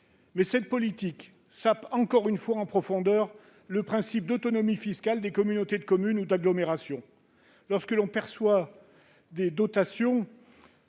mais cette politique sape encore une fois en profondeur le principe d'autonomie fiscale des communautés de communes ou d'agglomération. Lorsque l'on perçoit des dotations,